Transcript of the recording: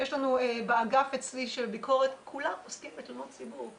באגף אצלי של הביקורת כולם עוסקים בתלונות ציבור,